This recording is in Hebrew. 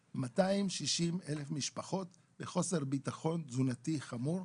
260,000 משפחות בחוסר ביטחון תזונתי חמור,